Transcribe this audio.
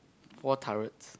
four turrets